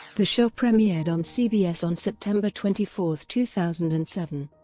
the show premiered on cbs on september twenty four, two thousand and seven.